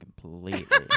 completely